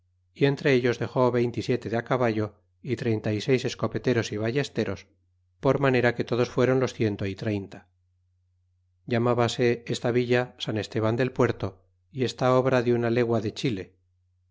y entre ellos dexe veinte y siete de caballo y treinta y seis escopeteros y ballesteros por manera que todos fueron los ciento y treinta ilamábase esta villa san esteban del puerto y está obra de una legua de chile